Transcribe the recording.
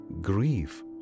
grief